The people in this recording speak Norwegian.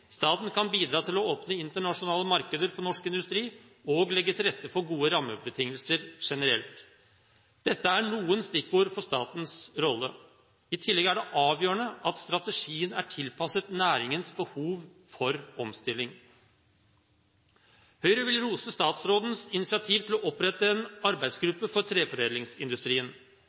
staten kan bidra til å åpne internasjonale markeder for norsk industri og legge til rette for gode rammebetingelser generelt. Dette er noen stikkord for statens rolle. I tillegg er det avgjørende at strategien er tilpasset næringens behov for omstilling. Høyre vil rose statsrådens initiativ til å opprette en arbeidsgruppe for treforedlingsindustrien.